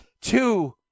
Two